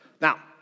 now